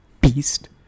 beast